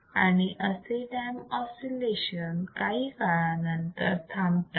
आणि असे damped oscillation काही काळानंतर थांबतात